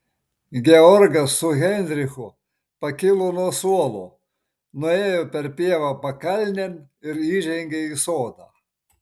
georgas su heinrichu pakilo nuo suolo nuėjo per pievą pakalnėn ir įžengė į sodą